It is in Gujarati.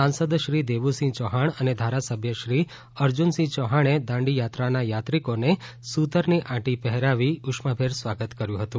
સાંસદશ્રી દેવુસિંહ ચૌહાણ અને ધારાસભ્યશ્રી અર્જુનસિંહ ચૌહાણે દાંડીયાત્રાના યાત્રીકોને સુતરની આટી પહેરાવી ઉષ્માભેર સ્વાગત કર્યુ હતુ